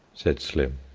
said slim.